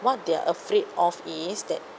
what they're afraid of is that